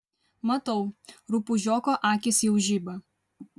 matau rupūžioko akys jau žiba